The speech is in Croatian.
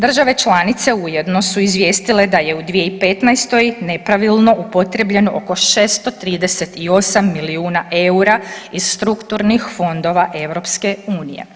Države članice ujedno su izvijestile da je u 2015. nepravilno upotrijebljeno oko 638 milijuna eura iz strukturnih fondova EU.